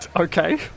Okay